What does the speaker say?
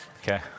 Okay